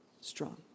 strong